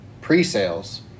Pre-sales